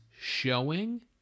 showing